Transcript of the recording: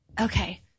Okay